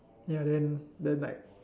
ya then then like